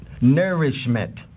nourishment